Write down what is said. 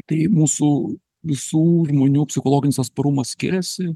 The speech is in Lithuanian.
tai mūsų visų žmonių psichologinis atsparumas skiriasi